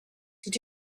did